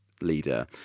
leader